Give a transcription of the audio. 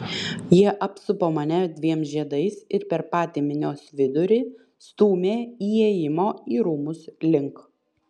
jie apsupo mane dviem žiedais ir per patį minios vidurį stūmė įėjimo į rūmus link